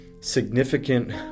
significant